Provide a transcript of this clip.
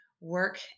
work